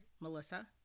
Melissa